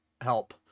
help